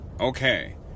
Okay